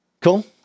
Cool